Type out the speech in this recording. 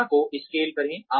घटना को स्केल करें